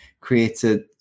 created